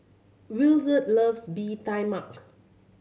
Williard loves Bee Tai Mak